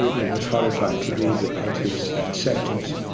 we were horrified to read about his sentence.